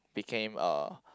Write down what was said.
became a